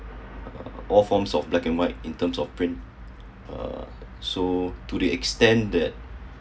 uh all forms of black and white in terms of bring uh so to the extent that